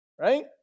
Right